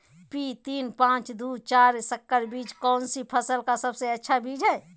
P तीन पांच दू चार संकर बीज कौन सी फसल का सबसे अच्छी बीज है?